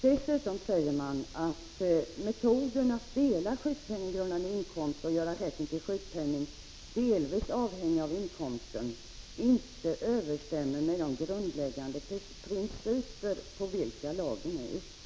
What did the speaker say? Dessutom säger man dock att metoden att dela sjukpenninggrundande inkomst och göra rätten till sjukpenning delvis avhängig av inkomsten inte överensstämmer med de grundläggande principer på vilka lagen är uppbyggd.